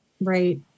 Right